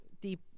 deep